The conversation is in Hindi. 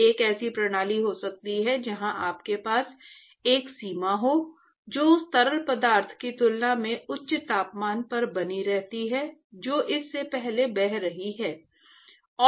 तो एक ऐसी प्रणाली हो सकती है जहां आपके पास एक सीमा हो जो उस तरल पदार्थ की तुलना में उच्च तापमान पर बनी रहती है जो इससे पहले बह रही है